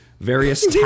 Various